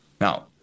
Now